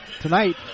tonight